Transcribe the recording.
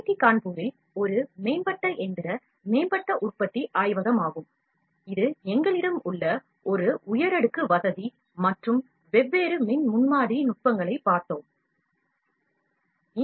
D கான்பூரில் ஒரு மேம்பட்ட எந்திர மேம்பட்ட உற்பத்தி ஆய்வகமாகும் இது எங்களிடம் உள்ள ஒரு உயரடுக்கு வசதி மற்றும் வெவ்வேறு மின்சார முன்மாதிரி நுட்பங்களைப் பார்த்தது போல இருக்கும்